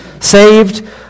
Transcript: saved